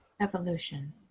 evolution